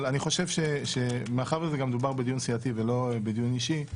אבל אני חושב שמאחר שגם מדובר בדיון סיעתי ולא דיון אישי,